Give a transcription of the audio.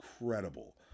incredible